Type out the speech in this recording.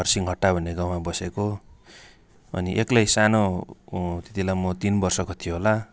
हरसिंहहट्टा भन्ने गाउँमा बसेको अनि एक्लै सानो त्यतिबेला म तिन वर्षको थिएँ होला